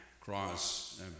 cross